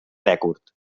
rècord